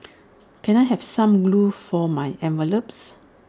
can I have some glue for my envelopes